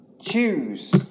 choose